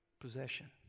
possession